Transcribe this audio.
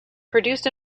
produced